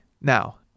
now